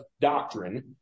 doctrine